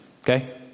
Okay